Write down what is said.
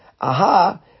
Aha